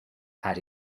had